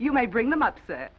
you might bring them up set